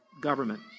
government